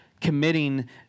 committing